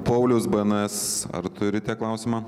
pauliaus bns ar turite klausimą